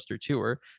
tour